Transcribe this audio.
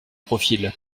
profils